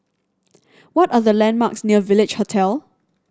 what are the landmarks near Village Hotel